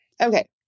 Okay